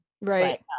Right